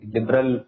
Liberal